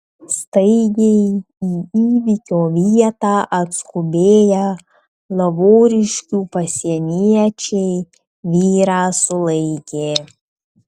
staigiai į įvykio vietą atskubėję lavoriškių pasieniečiai vyrą sulaikė